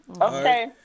Okay